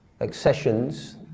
accessions